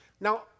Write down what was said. Now